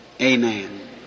Amen